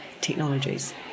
technologies